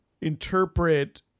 interpret